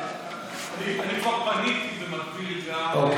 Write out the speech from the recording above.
אני כבר פניתי במקביל ליושב-ראש